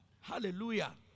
Hallelujah